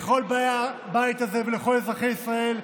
של כל באי הבית הזה וכל אזרחי ישראל.